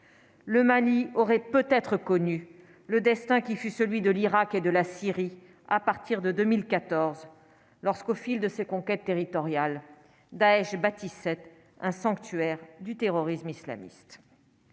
le Mali aurait peut-être connu le destin qui fut celui de l'Irak et de la Syrie à partir de 2014 lorsqu'au fil de ses conquêtes territoriales Daech bâtissait un sanctuaire du terrorisme islamiste.